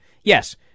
Yes